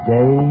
day